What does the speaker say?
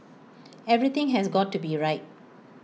everything has got to be right